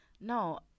No